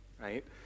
right